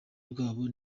bwabo